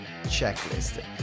checklist